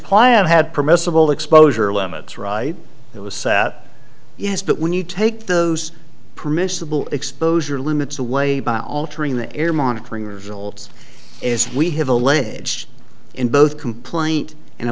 plant had permissible exposure limits right it was sad yes but when you take those permissible exposure limits away by altering the air monitoring results is we have alleged in both complaint and i